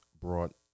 brought